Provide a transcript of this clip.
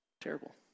terrible